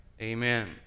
Amen